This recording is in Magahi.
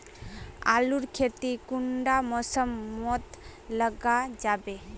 आलूर खेती कुंडा मौसम मोत लगा जाबे?